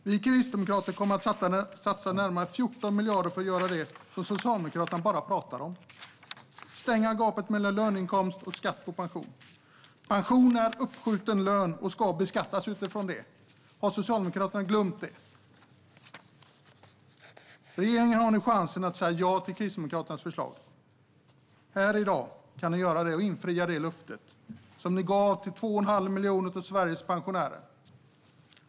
Vi kristdemokrater kommer att satsa närmare 14 miljarder för att göra det som Socialdemokraterna bara pratar om: stänga gapet mellan löneinkomst och skatt på pension. Pension är uppskjuten lön och ska beskattas utifrån det. Har Socialdemokraterna glömt det? Regeringen har nu chansen här i dag att säga ja till Kristdemokraternas förslag och infria löftet som man gav till 2,5 miljoner av Sveriges pensionärer.